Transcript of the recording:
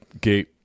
gate